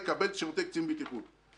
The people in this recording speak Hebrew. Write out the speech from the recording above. יקבל שירותי קצין בטיחות.